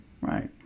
right